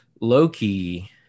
Loki